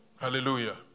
Hallelujah